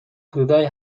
حدودای